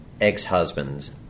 ex-husband's